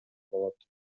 болот